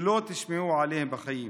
שלא תשמעו עליהם בחיים.